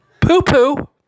poo-poo